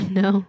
no